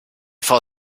frau